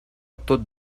tot